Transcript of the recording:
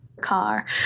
car